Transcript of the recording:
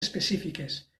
específiques